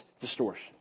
distortion